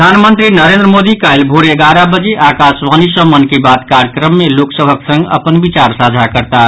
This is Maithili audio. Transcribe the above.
प्रधानमंत्री नरेन्द्र मोदी काल्हि भोर एगारह बजे आकाशवाणी सँ मन की बात कार्यक्रम मे लोक सभक संग अपन विचार साझा करताह